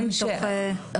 אז רגע,